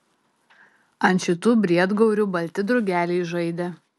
ant šitų briedgaurių balti drugeliai žaidė